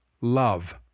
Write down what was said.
love